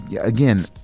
again